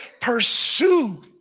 pursue